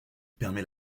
permet